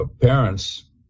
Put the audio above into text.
parents